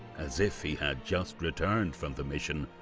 as if he had just returned from the mission,